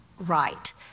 right